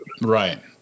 Right